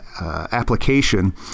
application